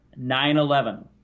9-11